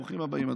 ברוכים הבאים,